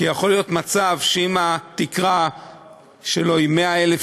כי יכול להיות מצב שאם התקרה שלו היא 100,000